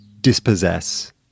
dispossess